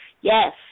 yes